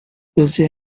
russia